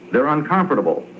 they're uncomfortable,